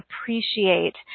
appreciate